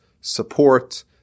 support